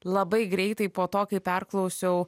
labai greitai po to kai perklausiau